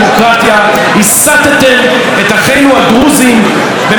הסַתֶם את אחינו הדרוזים במשך חודשי הקיץ,